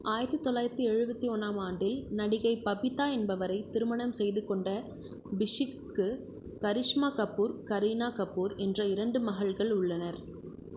ஆயிரத்து தொள்ளாயிரத்து எழுபத்தி ஒன்னாம் ஆண்டில் நடிகை பபிதா என்பவரை திருமணம் செய்து கொண்ட பிஷிக்கு கரீஷ்மா கபூர் கரீனா கபூர் என்ற இரண்டு மகள்கள் உள்ளனர்